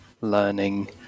learning